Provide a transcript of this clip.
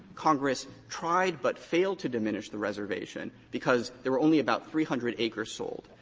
congress tried but failed to diminish the reservation because there were only about three hundred acres sold.